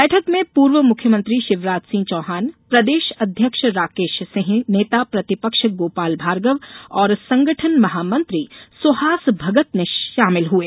बैठक में पूर्व मुख्यमंत्री शिवराज सिंह चौहान प्रदेश अध्यक्ष राकेश सिंह नेता प्रतिपक्ष गोपाल भार्गव और संगठन महामंत्री सुहास भगत ने शामिल हुए